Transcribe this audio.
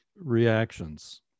reactions